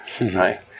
right